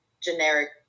generic